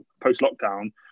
post-lockdown